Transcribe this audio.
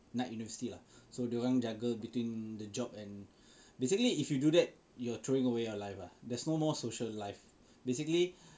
night university lah so dia orang juggle between the job and basically if you do that you are throwing away your life ah there's no more social life basically